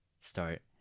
start